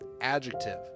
adjective